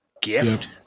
gift